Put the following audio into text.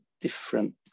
different